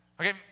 Okay